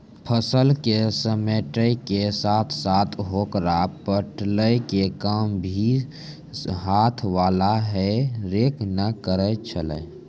फसल क समेटै के साथॅ साथॅ होकरा पलटै के काम भी हाथ वाला हे रेक न करै छेलै